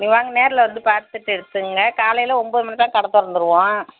வாங்க நேரில் வந்து பார்த்துட்டு எடுத்துக்கோங்க காலையில் ஒன்பது மணிக்கெலாம் கடை திறந்துருவோம்